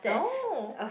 no